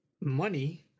money